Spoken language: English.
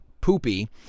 poopy